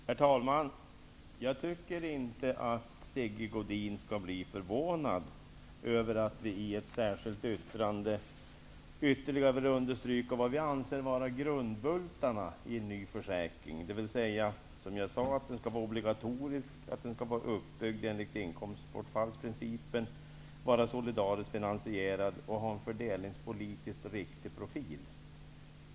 Herr talman! Jag tycker inte att Sigge Godin skall bli förvånad över att vi i ett särskilt yttrande ytterligare vill understryka vad vi anser vara grundbultarna i en ny försäkring. dvs. att den, som jag sagt, skall vara obligatorisk, uppbyggd enligt inkomstbortfallsprincipen, vara solidariskt finansierad och ha en fördelningspolitiskt riktig profil.